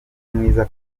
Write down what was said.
mwiza